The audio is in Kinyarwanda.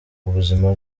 ubuzima